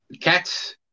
Cats